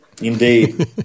Indeed